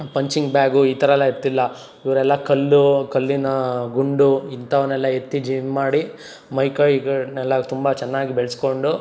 punching bag ಈ ಥರ ಎಲ್ಲ ಇರ್ತಿಲ್ಲ ಇವರೆಲ್ಲ ಕಲ್ಲು ಕಲ್ಲಿನ ಗುಂಡು ಇಂಥವನ್ನೆಲ್ಲ ಎತ್ತಿ ಜಿಮ್ ಮಾಡಿ ಮೈಕೈಗಳನ್ನೆಲ್ಲ ತುಂಬ ಚೆನ್ನಾಗಿ ಬೆಳೆಸ್ಕೊಂಡು